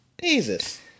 Jesus